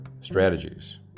strategies